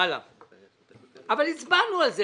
אבל הצבענו על זה.